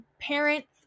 parents